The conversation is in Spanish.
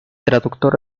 traductor